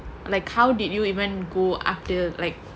like how did you even go after like